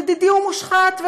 לדידי הוא מושחת,